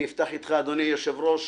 אני אפתח אתך אדוני יושב ראש